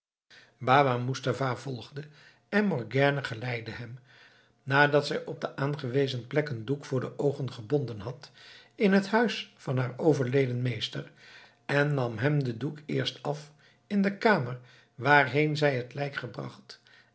baba moestapha volgde en morgiane geleidde hem nadat zij hem op de aangewezen plek een doek voor de oogen gebonden had in het huis van haar overleden meester en nam hem den doek eerst af in de kamer waarheen zij het lijk gebracht